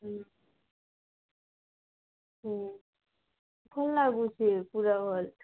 ହୁଁ ହୁଁ ଭଲ୍ ଲାଗୁଛି ପୁରା ଭଲ୍